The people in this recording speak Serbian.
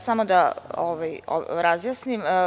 Samo da razjasnim.